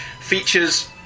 features